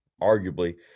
arguably